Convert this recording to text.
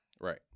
Right